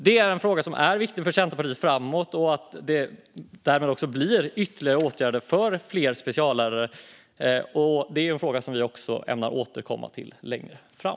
Detta är en fråga som är viktig för Centerpartiet framåt. Det krävs ytterligare åtgärder för fler speciallärare, och det är en fråga som vi ämnar återkomma till längre fram.